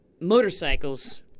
motorcycles